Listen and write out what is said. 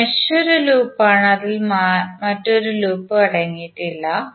എന്നാൽ മെഷ് ഒരു ലൂപ്പാണ് അതിൽ മറ്റൊരു ലൂപ്പും അടങ്ങിയിട്ടില്ല